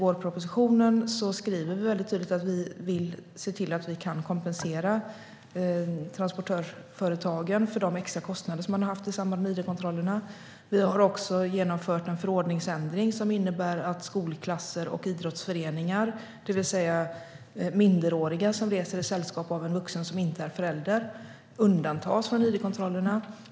Som sagt skriver vi tydligt i vårpropositionen att vi vill se till att vi kan kompensera transportörsföretagen för de extra kostnader de har haft i samband med id-kontrollerna. Vi har även genomfört en förordningsändring som innebär att skolklasser och idrottsföreningar, det vill säga minderåriga som reser i sällskap av en vuxen som inte är förälder, undantas från id-kontrollerna.